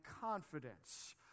confidence